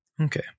Okay